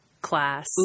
class